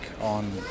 on